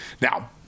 Now